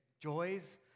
joys